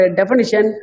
definition